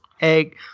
egg